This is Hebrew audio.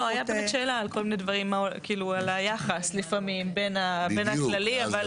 הייתה באמת שאלה על היחס לפעמים בין הכללי --- בדיוק.